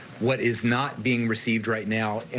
what is not being received right now, and